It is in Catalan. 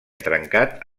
trencat